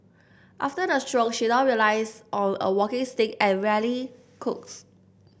after the stroke she now relies on a walking stick and rarely cooks